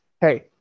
hey